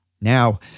Now